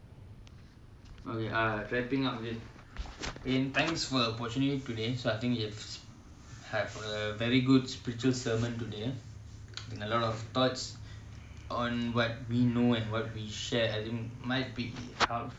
but we are wrapping up this and thanks we were fortunate today we hope you had a very good spiritual sermon today and a lot of thoughts on what we know and what we share as in my